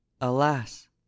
Alas